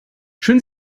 schön